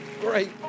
great